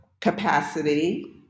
Capacity